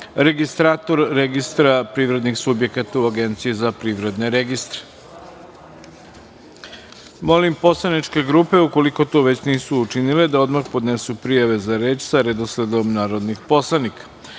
registrator Registra privrednih subjekata u Agenciji za privredne registre. Molim poslaničke grupe, ukoliko to već nisu učinile, da odmah podnesu prijave za reč sa redosledom narodnih poslanika. Saglasno